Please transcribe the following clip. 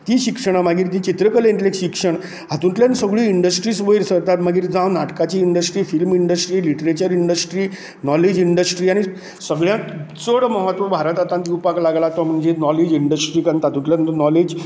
ती शिक्षणां मागीर चित्रकलेंतलें शिक्षण हातूंतल्यान सगळ्यो इंडस्ट्रीज वयर सरतात मागीर जावं नाटकांची industry film industry literature industry knowledge industry आनी सगळ्यांत चड म्हत्व भारत आतां दिवपाक लागला तो म्हणजे नॉलेज इंडस्ट्री आनी तातूंतल्यान नॉलेज